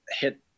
hit